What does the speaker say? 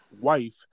wife